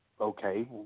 okay